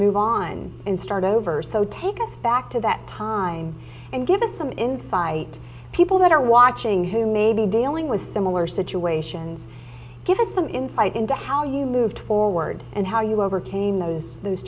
move on and start over so take us back to that time and give us some insight people that are watching who may be dealing with similar situations give us some insight into how you moved forward and how you overcame those those